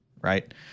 right